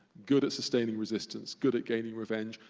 good at sustaining resistance, good at gaining revenge.